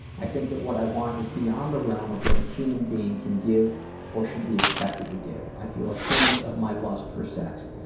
i think what i want is beyond the realm of what a human being can give or should be expected to give. i feel ashamed of my lust for sex.